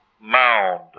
mound